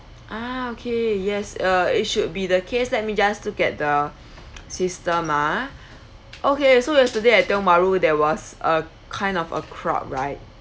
ah okay yes uh it should be the case let me just look at the system ah okay so yesterday at tiong bahru there was a kind of a crowd right